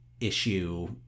Issue